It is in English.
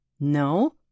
No